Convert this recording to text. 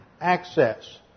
access